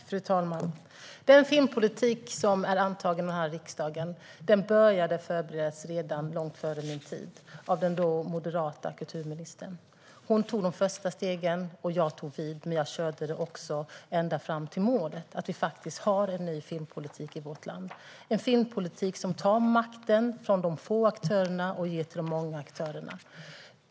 Fru talman! Den filmpolitik som är antagen av den här riksdagen började förberedas redan långt före min tid av den dåvarande moderata kulturministern. Hon tog de första stegen, och jag tog vid, men jag körde också ända fram till målet. Nu har vi faktiskt en ny filmpolitik i vårt land, en filmpolitik som tar makten från de få aktörerna och ger till de många aktörerna.